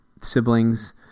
siblings